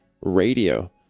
Radio